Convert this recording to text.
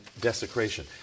desecration